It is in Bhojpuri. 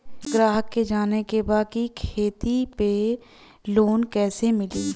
ग्राहक के जाने के बा की खेती पे लोन कैसे मीली?